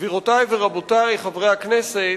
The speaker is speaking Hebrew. גבירותי ורבותי חברי הכנסת,